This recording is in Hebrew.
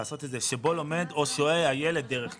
ההוראה לא חלה בדרך קבע.